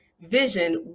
vision